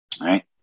Right